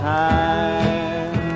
time